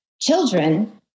children